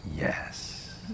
Yes